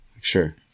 Sure